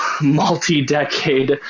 multi-decade